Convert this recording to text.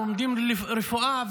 לומדים רפואה,